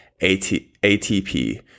ATP